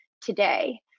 today